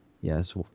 yes